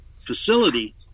facility